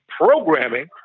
programming